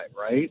right